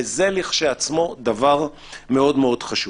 וזה לכשעצמו דבר מאוד מאוד חשוב.